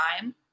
time